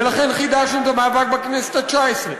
ולכן חידשנו את המאבק בכנסת התשע-עשרה,